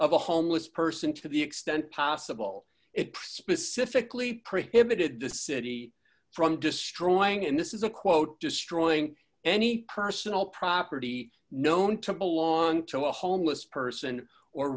of a homeless person to the extent possible it specifically prohibited the city from destroying and this is a quote destroying any personal property known to belong to a homeless person or